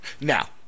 Now